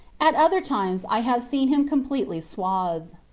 at other times i have seen him com pletely swathed.